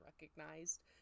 recognized